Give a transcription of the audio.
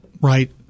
Right